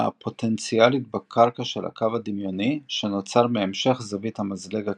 הפוטנציאלית בקרקע של הקו הדמיוני שנוצר מהמשך זווית המזלג הקדמי.